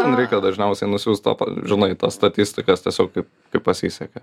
ten reikia dažniausiai nusiųst topą žinai tas statistikas tiesiog kaip kaip pasisekė